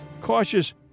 cautious